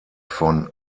von